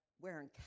Wearing